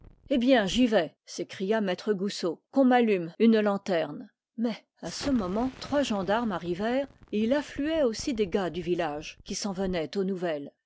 eh bien j'y vais s'écria maître goussot qu'on m'allume une lanterne mais à ce moment trois gendarmes arrivèrent et il affluait aussi des gars du village qui s'en venaient aux nouvelles